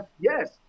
Yes